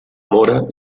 móra